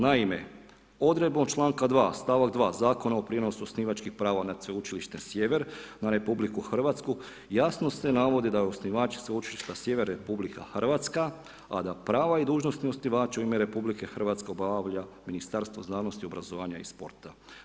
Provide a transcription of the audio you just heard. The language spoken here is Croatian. Naime, odredbom člankom 2. stavak 2. Zakona o prijenosu osnivačkih prava nad Sveučilište Sjever na RH jasno se navodi da je osnivač Sveučilišta Sjever RH, a da prava i dužnosti osnivača u ime RH obavlja Ministarstvo znanosti, obrazovanja i sporta.